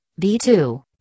B2